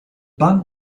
bank